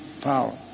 power